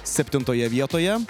septintoje vietoje